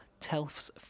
Telfs